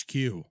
HQ